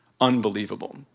unbelievable